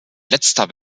letzter